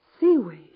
Seaweed